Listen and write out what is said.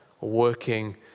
working